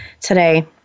today